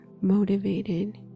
motivated